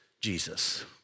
Jesus